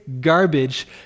garbage